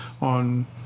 on